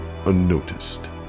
unnoticed